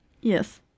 Yes